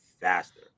faster